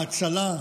ההצלה,